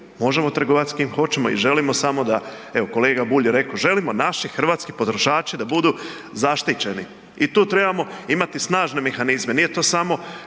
možemo trgovat s kim hoćemo i želimo samo da, evo kolega Bulj je rekao želimo da naši hrvatski potrošači da budu zaštićeni i tu trebamo imati snažne mehanizme. Nije to samo,